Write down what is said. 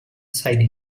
side